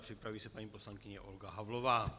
Připraví se paní poslankyně Olga Havlová.